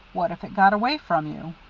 what if it got away from you?